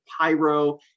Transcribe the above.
pyro